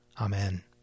Amen